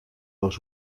dos